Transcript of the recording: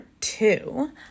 two